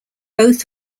both